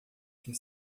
que